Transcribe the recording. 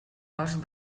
cost